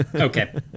Okay